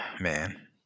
man